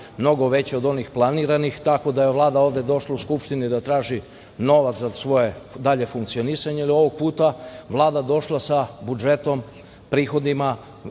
mnogo veći od onih planiranih, tako da je Vlada ovde došla u Skupštinu da traži novac za svoje dalje funkcionisanje. Ovog puta je Vlada došla sa prihoda